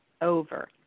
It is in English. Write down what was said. over